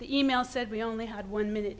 the email said we only had one minute